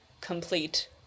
complete